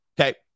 Okay